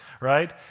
right